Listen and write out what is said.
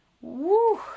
Woo